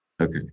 Okay